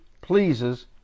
pleases